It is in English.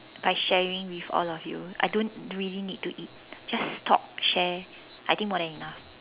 by sharing with all of you I don't really need to eat just talk share I think more than enough